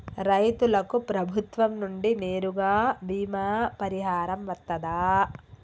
రైతులకు ప్రభుత్వం నుండి నేరుగా బీమా పరిహారం వత్తదా?